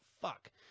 fuck